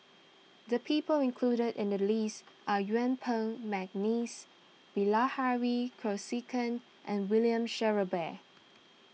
the people included in the list are Yuen Peng McNeice Bilahari Kausikan and William Shellabear